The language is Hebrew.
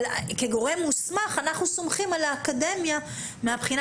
אבל כגורם מוסמך אנחנו סומכים על האקדמיה מהבחינה